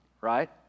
right